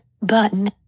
button